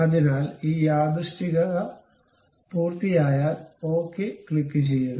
അതിനാൽ ഈ യാദൃശ്ചികത പൂർത്തിയായാൽ ഓക്കേ ക്ലിക്കുചെയ്യുക